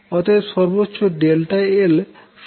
অতএব সর্বচ্চো l সমান 1 হবে